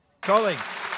Colleagues